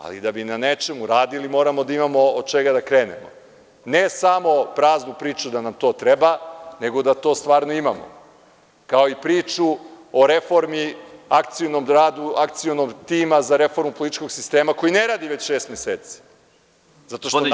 Ali, da bi na nečemu radili, moramo da imamo od čega da krenemo, ne samo praznu priču da nam to treba, nego da to stvarno imamo, kao i priču o reformi Akcionog tima za reformu političkog sistema koji ne radi već šest meseci, zato što navodno,